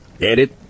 Edit